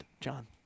John